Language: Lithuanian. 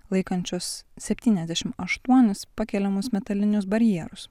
laikančios septyniasdešim aštuonis pakeliamus metalinius barjėrus